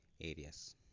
areas